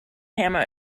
hammer